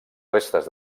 restes